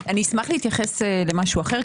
אשמח להתייחס למשהו אחר.